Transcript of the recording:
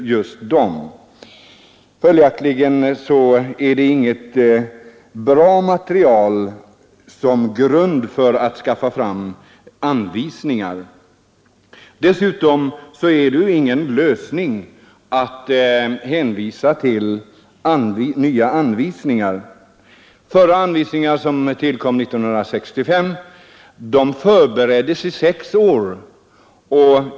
aktligen är det inget bra material som ligger som grund för att skaffa fram anvisningar. Dessutom innebär det ingen lösning att hänvisa till nya anvisningar. De förra anvisningarna, som tillkom 1965, förbereddes i sex år.